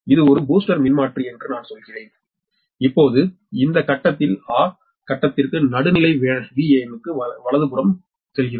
இது ஒரு பூஸ்டர் மின்மாற்றி என்று நான் சொல்கிறேன் இப்போது இந்த கட்டத்தில் 'அ' கட்டத்திற்கு நடுநிலை வேனுக்கு வலதுபுறம் செல்கிறோம்